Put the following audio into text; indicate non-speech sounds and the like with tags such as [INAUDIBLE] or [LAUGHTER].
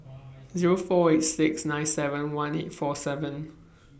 [NOISE] Zero four eight six nine seven one eight four seven